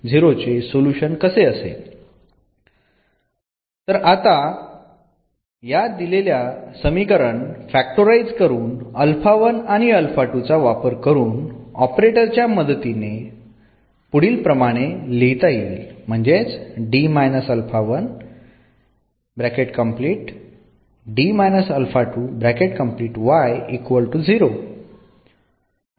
तर आता वर दिलेले समीकरण हे फक्टराइज करून चा वापर करून ऑपरेटर च्या मदतीने पुढील प्रमाणे लिहिता येईल